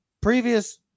Previous